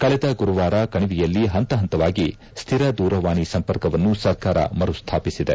ಕಳೆದ ಗುರುವಾರ ಕಣಿವೆಯಲ್ಲಿ ಹಂತ ಹಂತವಾಗಿ ಸ್ಟಿರ ದೂರವಾಣಿ ಸಂಪರ್ಕವನ್ನು ಸರ್ಕಾರ ಮರುಸ್ವಾಪಿಸಿದೆ